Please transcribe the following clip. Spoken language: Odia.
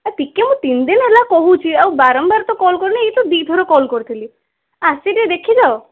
ଟିକେ ମୁଁ ତିନି ଦିନ ହେଲା କହୁଛି ଆଉ ବାରମ୍ବାର ତ କଲ୍ କରୁନି ଦୁଇ ଥର କଲ୍ କରିଥିଲି ଆସିକି ଦେଖିଯାଅ